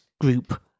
group